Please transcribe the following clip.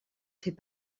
fait